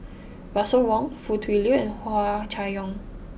Russel Wong Foo Tui Liew and Hua Chai Yong